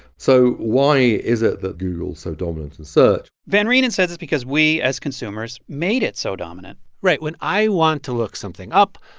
so why is it that google's so dominant in and search? van reenen says it's because we as consumers made it so dominant right, when i want to look something up,